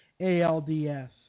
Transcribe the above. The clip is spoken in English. ALDS